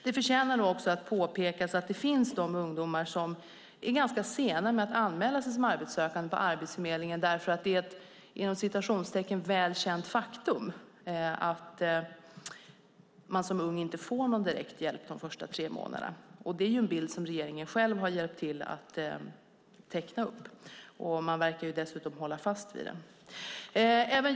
Det förtjänar nog att påpeka att det finns de ungdomar som är ganska sena med att anmäla sig som arbetssökande på Arbetsförmedlingen därför att det är ett "väl känt faktum" att man som ung inte får någon direkt hjälp de första tre månaderna. Det är en bild som regeringen själv har hjälpt till att teckna upp. Man verkar dessutom hålla fast vid det.